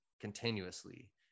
continuously